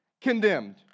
condemned